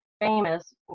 famous